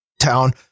Town